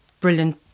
brilliant